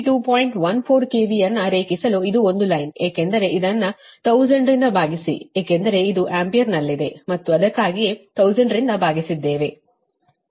14 KV ಯನ್ನು ರೇಖಿಸಲು ಇದು ಒಂದು ಲೈನ್ ಏಕೆಂದರೆ ಇದನ್ನು 1000 ರಿಂದ ಭಾಗಿಸಿ ಏಕೆಂದರೆ ಇದು ಆಂಪಿಯರ್ನಲ್ಲಿದೆ ಮತ್ತು ಅದಕ್ಕಾಗಿಯೇ 1000 ರಿಂದ ಭಾಗಿಸಿದ್ದೇವೆ